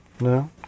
No